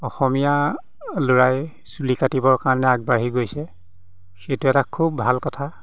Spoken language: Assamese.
অসমীয়া ল'ৰাই চুলি কাটিবৰ কাৰণে আগবাঢ়ি গৈছে সেইটো এটা খুব ভাল কথা